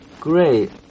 Great